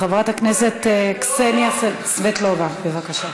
חברת הכנסת קסניה סבטלובה, בבקשה.